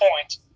point